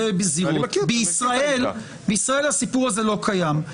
בישראל הסיפור הזה לא קיים.